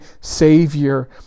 Savior